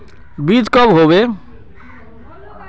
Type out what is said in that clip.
बीज कब होबे?